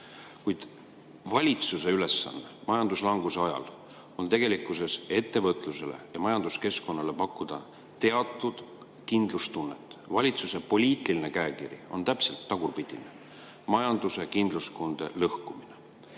Kuid valitsuse ülesanne majanduslanguse ajal on pakkuda ettevõtlusele ja majanduskeskkonnale teatud kindlustunnet. [Praeguse] valitsuse poliitiline käekiri on aga täpselt tagurpidine: majanduse kindlustunde lõhkumine.